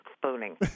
spooning